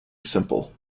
simple